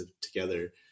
together